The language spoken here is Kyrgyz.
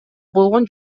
болгон